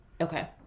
okay